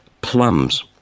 plums